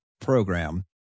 program